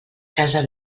casa